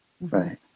Right